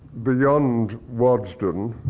beyond waddesdon,